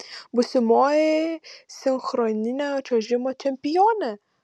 būsimoji sinchroninio čiuožimo čempionė